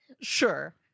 sure